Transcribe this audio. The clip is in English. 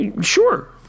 Sure